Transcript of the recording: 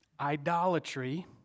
idolatry